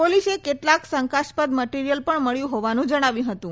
પોલીસે કેટલુંક શંકાસ્પદ મટિરીયલ મળ્યું હોવાનું જજ્ઞાવ્યું હતું